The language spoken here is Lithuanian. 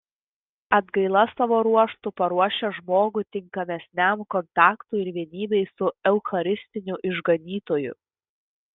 atgaila savo ruožtu paruošia žmogų tinkamesniam kontaktui ir vienybei su eucharistiniu išganytoju